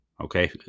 Okay